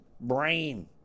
brain